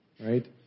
right